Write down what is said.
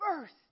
first